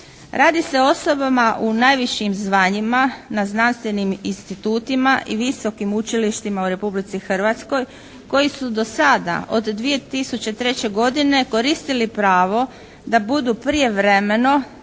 Radi se o osobama u najvišim zvanjima na znanstvenim institutima i visokim učilištima u Republici Hrvatskoj koji su do sada od 2003. godine koristili pravo da budu prijevremeno,